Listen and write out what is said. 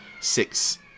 six